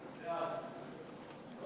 סעיפים 1